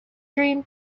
dream